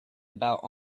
about